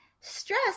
Stress